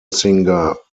singer